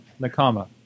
Nakama